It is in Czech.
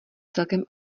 celkem